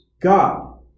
God